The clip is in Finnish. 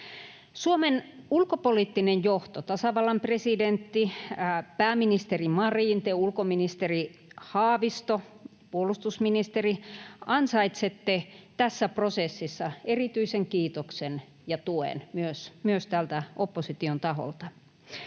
Suomen ulkopoliittinen johto — tasavallan presidentti, pääministeri Marin, te, ulkoministeri Haavisto, puolustusministeri — ansaitsee tässä prosessissa erityisen kiitoksen ja tuen myös täältä opposition taholta.